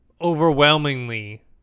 Overwhelmingly